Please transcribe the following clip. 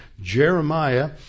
Jeremiah